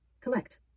Collect